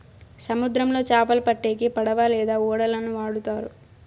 సముద్రంలో చాపలు పట్టేకి పడవ లేదా ఓడలను వాడుతారు